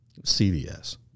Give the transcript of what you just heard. CDS